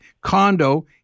condo